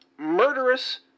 murderous